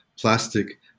Plastic